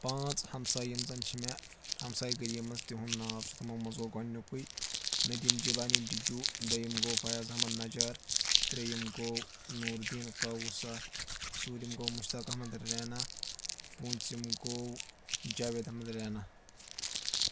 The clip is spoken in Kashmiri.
پانٛژھ ہمساے یِم زن چھِ مےٚ ہمسایہِ گٔیی منٛز تِہُنٛد ناو چھُ تِمو منٛز گوٚو گۄڈٕنیُکُے نٔدیٖم جِلانی ڈِجوٗ دوٚیِم گوٚو فیاض احمد نجار ترٛیٚیِم گوٚو نوٗر دیٖن قاووٗسا ژوٗرِم گوٚو مُشتاق احمد رینا پٲنٛژِم گوٚو جاوید احمد رینا